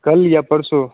कल या परसो